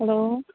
hello